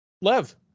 Lev